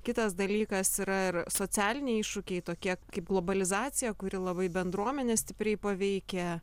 kitas dalykas yra ir socialiniai iššūkiai tokie kaip globalizacija kuri labai bendruomenes stipriai paveikia